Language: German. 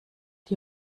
die